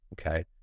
okay